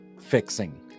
fixing